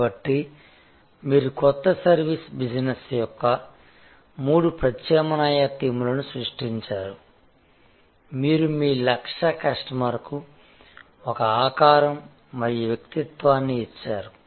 కాబట్టి మీరు కొత్త సర్వీస్ బిజినెస్ యొక్క మూడు ప్రత్యామ్నాయ థీమ్లను సృష్టించారు మీరు మీ లక్ష్య కస్టమర్కు ఒక ఆకారం మరియు వ్యక్తిత్వాన్ని ఇచ్చారు